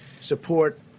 support